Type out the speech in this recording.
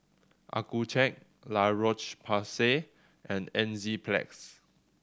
Accucheck La Roche Porsay and Enzyplex